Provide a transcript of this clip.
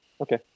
Okay